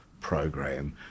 program